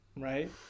Right